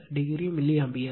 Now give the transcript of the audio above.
36o milli ampere